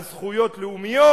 על זכויות לאומיות,